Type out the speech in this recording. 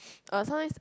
uh sometimes